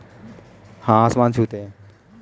हरी इलायची के दाम आसमान छू रहे हैं